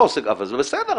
אבל זה בסדר,